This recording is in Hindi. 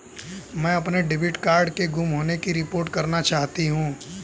मैं अपने डेबिट कार्ड के गुम होने की रिपोर्ट करना चाहती हूँ